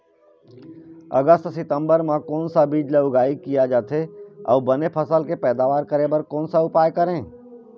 अगस्त सितंबर म कोन सा बीज ला उगाई किया जाथे, अऊ बने फसल के पैदावर करें बर कोन सा उपाय करें?